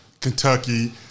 Kentucky